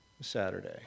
Saturday